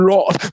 Lord